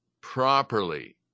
properly